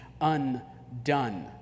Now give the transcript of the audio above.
undone